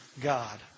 God